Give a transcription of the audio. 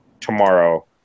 tomorrow